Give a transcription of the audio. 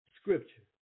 scripture